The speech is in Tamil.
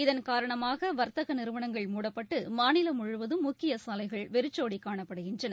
இதன் காரணமாக வர்த்தக நிறுவனங்கள் மூடப்பட்டு மாநிலம் முழுவதும் முக்கிய சாலைகள் வெறிச்சோடி காணப்படுகின்றன